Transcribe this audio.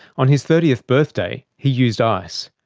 on his thirtieth birthday he used ice.